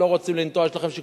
לא רוצים לנטוע?